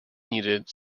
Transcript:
needed